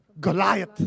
Goliath